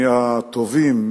מי הטובים,